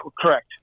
correct